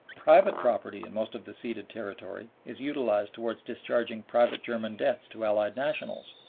private property in most of the ceded territory is utilized towards discharging private german debts to allied nationals,